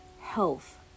health